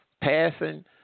passing